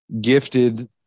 gifted